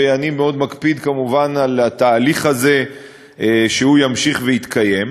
ואני מקפיד מאוד כמובן על התהליך הזה שהוא ימשיך ויתקיים.